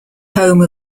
home